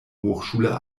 hochschule